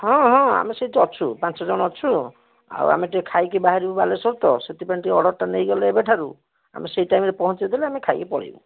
ହଁ ହଁ ଆମେ ସେଠି ଅଛୁ ପାଞ୍ଚ ଜଣ ଅଛୁ ଆଉ ଆମେ ଟିକିଏ ଖାଇକି ବାହାରିବୁ ବାଲେଶ୍ଵର ତ ସେଥିପାଇଁ ଟିକିଏ ଅର୍ଡ଼ର୍ଟା ନେଇଗଲେ ଏବେ ଠାରୁ ଆମେ ସେଇ ଟାଇମ୍ ରେ ପହଁଞ୍ଚେଇ ଦେଲେ ଆମେ ଖାଇକି ପଳେଇବୁ